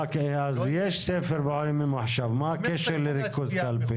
אז יש ספר בוחרים ממוחשב, מה הקשר לריכוז קלפי?